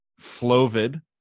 flovid